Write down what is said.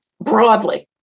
broadly